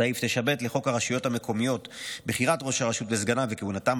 סעיף 9(ב) לחוק הרשויות המקומיות (בחירת ראש הרשות וסגניו וכהונתם),